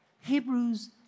Hebrews